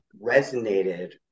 resonated